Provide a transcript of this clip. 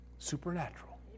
Supernatural